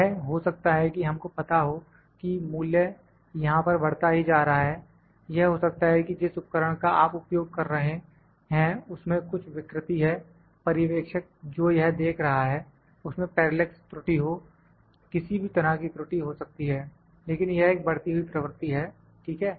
यह हो सकता है कि हम को पता हो कि मूल्य यहां पर बढ़ता ही जा रहा है यह हो सकता है कि जिस उपकरण का आप उपयोग कर रहे हैं उसमें कुछ विकृति है पर्यवेक्षक जो यह देख रहा है उसमें पैरेलेक्स त्रुटि हो किसी भी तरह की त्रुटि हो सकती है लेकिन यह एक बढ़ती हुई प्रवृत्ति है ठीक है